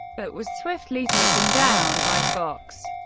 but was swiftly taken down by fox.